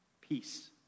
peace